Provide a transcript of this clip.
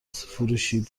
فروشی